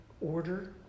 order